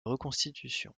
reconstitution